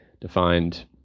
defined